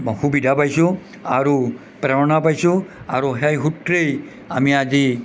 সুবিধা পাইছোঁ আৰু প্ৰেৰণা পাইছোঁ আৰু সেই সূত্ৰেই আমি আজি